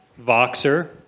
Voxer